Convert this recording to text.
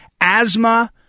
asthma